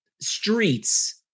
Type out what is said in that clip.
streets